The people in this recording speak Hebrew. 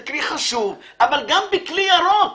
זה כלי חשוב, אבל גם כלי ירוק,